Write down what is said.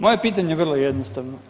Moje pitanje je vrlo jednostavno.